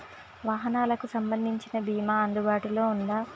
వాహనాలకు సంబంధించిన బీమా అందుబాటులో ఉందా?